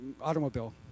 automobile